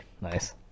Nice